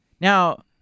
Now